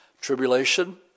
tribulation